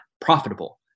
profitable